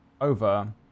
over